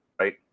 Right